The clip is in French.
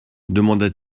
demanda